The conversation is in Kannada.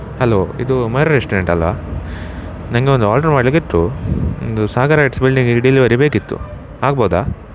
ಹಲೋ ಇದು ಅಮರ್ ರೆಸ್ಟೋರೆಂಟ್ ಅಲ್ಲಾ ನನಗೆ ಒಂದು ಆರ್ಡರ್ ಮಾಡಲಿಕ್ಕಿತ್ತು ಒಂದು ಸಾಗರ್ ಹೈಟ್ಸ್ ಬಿಲ್ಡಿಂಗಿಗೆ ಡಿಲಿವರಿ ಬೇಕಿತ್ತು ಆಗ್ಬೌದಾ